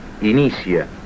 inicia